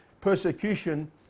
persecution